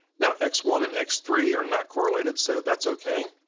now x one and x three are not correlated so that's okay.